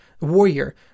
warrior